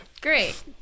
Great